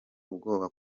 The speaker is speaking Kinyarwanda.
ubwoba